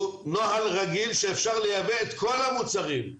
הוא נוהל רגיל שאפשר לייבא את כל המוצרים.